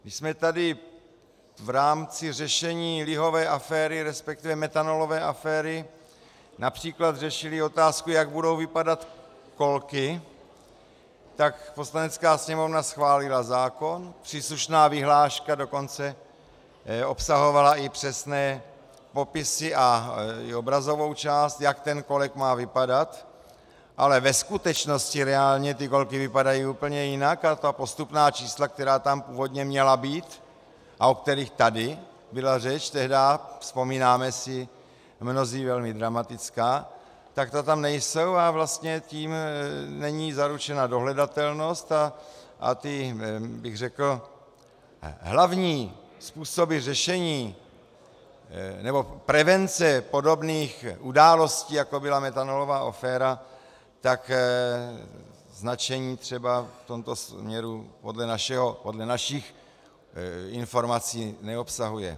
Když jsme tady v rámci řešení lihové aféry, resp. metanolové aféry, například řešili otázku, jak budou vypadat kolky, tak Poslanecká sněmovna schválila zákon, příslušná vyhláška dokonce obsahovala i přesné popisy a i obrazovou část, jak ten kolek má vypadat, ale ve skutečnosti reálně ty kolky vypadají úplně jinak a ta postupná čísla, která tam původně měla být a o kterých tady byla řeč tehdy, vzpomínáme si mnozí, velmi dramatická, tak ta tam nejsou a vlastně tím není zaručena dohledatelnost a ty hlavní způsoby řešení nebo prevence podobných událostí, jako byla metanolová aféra, tak značení třeba v tomto směru podle našich informací neobsahuje.